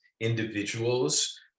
individuals